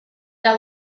that